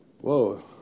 Whoa